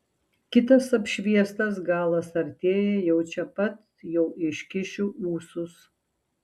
kitas apšviestas galas artėja jau čia pat jau iškišiu ūsus